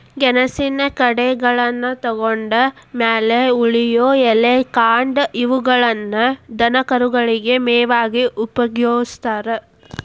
ಗೆಣಸಿನ ಗೆಡ್ಡೆಗಳನ್ನತಕ್ಕೊಂಡ್ ಮ್ಯಾಲೆ ಉಳಿಯೋ ಎಲೆ, ಕಾಂಡ ಇವುಗಳನ್ನ ದನಕರುಗಳಿಗೆ ಮೇವಾಗಿ ಉಪಯೋಗಸ್ತಾರ